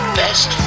best